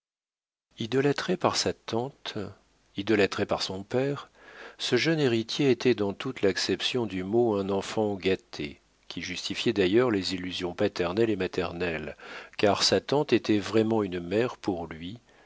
idolâtré par sa tante idolâtré par son père ce jeune héritier était dans toute l'acception du mot un enfant gâté qui justifiait d'ailleurs les illusions paternelles et maternelles car sa tante était vraiment une mère pour lui